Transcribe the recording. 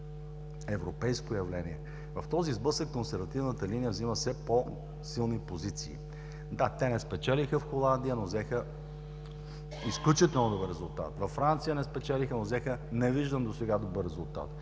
европейско явление. В този сблъсък консервативната линия взима все по-силни позиции. Да, те не спечелиха в Холандия, но взеха изключително добър резултат. Във Франция не спечелиха, но взеха невиждан досега добър резултат.